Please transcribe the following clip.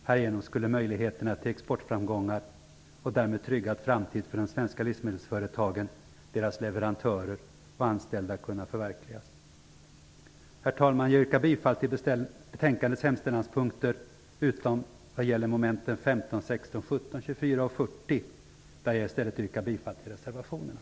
Härigenom skulle möjligheterna till exportframgångar och därmed tryggad framtid för de svenska livsmedelsföretagen, deras leverantörer och anställda kunna förverkligas. Herr talman! Jag yrkar bifall till betänkandets hemställanspunkter utom vad gäller mom. 15, 16, 17, 24 och 40, där jag i stället yrkar bifall till reservationerna.